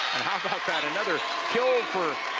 and how about that. another kill for